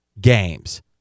games